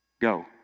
go